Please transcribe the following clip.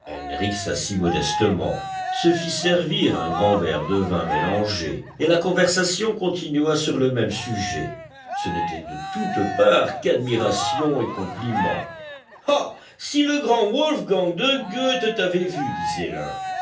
s'assit modestement se fit servir un grand verre de vin mélangé et la conversation continua sur le même sujet ce n'était de toutes parts qu'admiration et compliments ah si le grand wolfgang de gœthe t'avait vu disait l'un